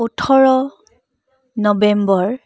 ওঠৰ নৱেম্বৰ